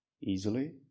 easily